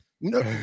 No